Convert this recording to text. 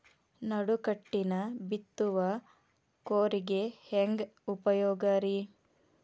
ನಡುಕಟ್ಟಿನ ಬಿತ್ತುವ ಕೂರಿಗೆ ಹೆಂಗ್ ಉಪಯೋಗ ರಿ?